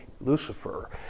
Lucifer